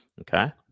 Okay